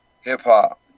hip-hop